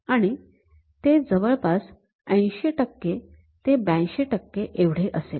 आणि ते जवळपास ८० तो ८२ एवढे असेल